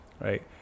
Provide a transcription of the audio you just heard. right